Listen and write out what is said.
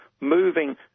moving